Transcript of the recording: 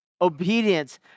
Obedience